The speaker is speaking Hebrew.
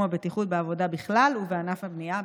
הבטיחות בעבודה בכלל ובענף הבנייה בפרט.